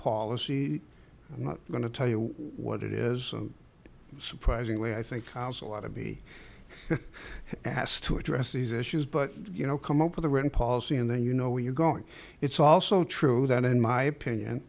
policy i'm not going to tell you what it is surprisingly i think a lot of be asked to address these issues but you know come up with a written policy and then you know where you're going it's also true that in my opinion